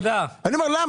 למה?